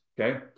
okay